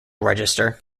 register